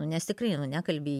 nu nes tikrai nekalbi